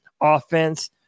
Offense